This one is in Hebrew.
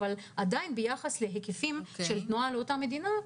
ביחס להיקפים של התנועה לאותה מדינה,